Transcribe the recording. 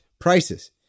prices